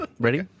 ready